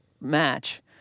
match